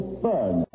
burn